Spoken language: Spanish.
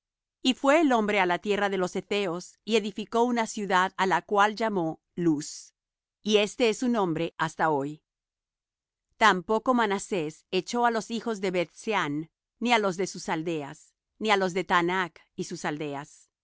y fuese el hombre á la tierra de los hetheos y edificó una ciudad á la cual llamó luz y este es su nombre hasta hoy tampoco manasés echó á los de beth sean ni á los de sus aldeas ni á los de taanach y sus aldeas